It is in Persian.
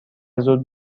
زود